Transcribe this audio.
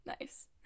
Nice